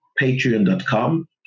patreon.com